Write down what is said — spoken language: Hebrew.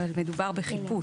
אבל מדובר בחיפוש,